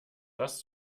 das